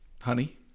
Honey